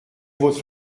votre